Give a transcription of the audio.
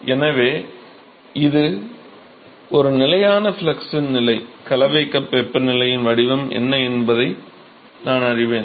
எனவே இது ஒரு நிலையான ஃப்ளக்ஸின் நிலை கலவை கப் வெப்பநிலையின் வடிவம் என்ன என்பதை நான் அறிவேன்